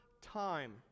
time